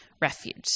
refuge